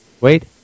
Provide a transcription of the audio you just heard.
wait